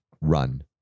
Run